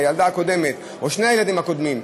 הילדה הקודמת או שני הילדים הקודמים,